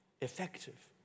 effective